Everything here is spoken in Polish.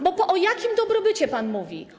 Bo o jakim dobrobycie pan mówi?